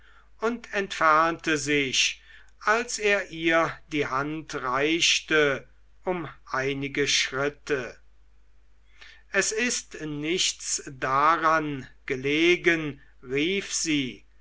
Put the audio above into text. und entfernte sich als er ihr die hand reichte um einige schritte es ist nichts daran gelegen rief sie